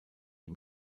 ihm